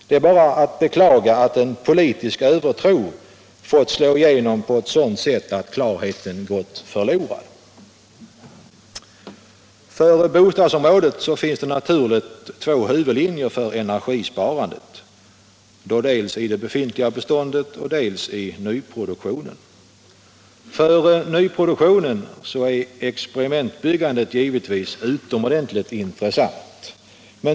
Det är bara att beklaga att en politisk övertro fått slå igenom på ett sådant sätt att klarheten gått förlorad. För bostadsområdet finns naturligt två huvudlinjer för energisparandet: dels i det befintliga beståndet, dels i nyproduktionen. För nyproduktionen är experimentbyggandet givetvis utomordentligt intressant.